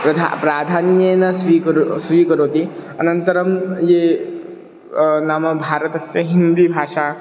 प्राधान्यं प्राधान्येन स्वीकरोति स्वीकरोति अनन्तरं ये नाम भारतस्य हिन्दीभाषा